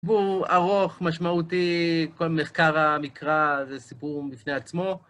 סיפור ארוך, משמעותי, כל מחקר המקרא זה סיפור בפני עצמו.